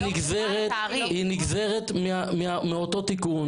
ההתחשבנות הישירה נגזרת מאותו תיקון.